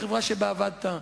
החברה שבה עבדת.